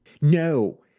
no